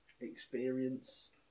experience